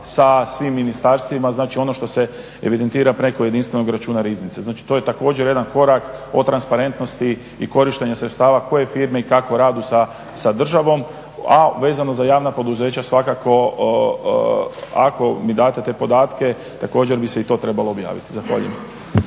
sa svim ministarstvima. Znači, ono što se evidentira preko jedinstvenog računa Riznice. Znači, to je također jedan korak o transparentnosti i korištenja sredstava koje firme i kako rade sa državom. A vezano za javna poduzeća svakako ako mi date te podatke također bi se i to trebalo objaviti. Zahvaljujem.